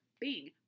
bing